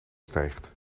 stijgt